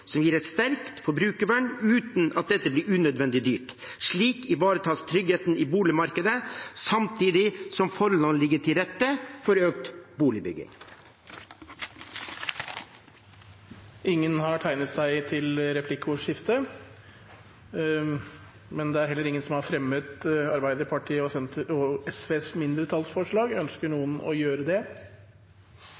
som gir et sterkt forbrukervern, uten at dette blir unødvendig dyrt. Slik ivaretas tryggheten i boligmarkedet samtidig som forholdene ligger til rette for økt boligbygging. Presidenten har merket seg at ingen har fremmet mindretallsforslaget fra Arbeiderpartiet og SV. Ønsker noen å gjøre det?